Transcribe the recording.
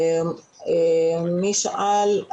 מי שאל?